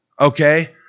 okay